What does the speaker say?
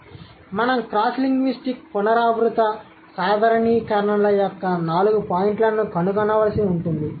కాబట్టి మనం cross linguistic పునరావృత సాధారణీకరణల యొక్క నాలుగు పాయింట్లను కనుగొనవలసి ఉంటుంది